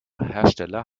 hersteller